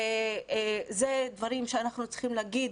זה דברים שאנחנו צריכים להגיד,